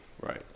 right